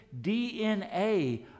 DNA